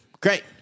great